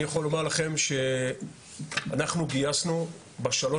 אני יכול לומר לכם שאנחנו גייסנו בשלוש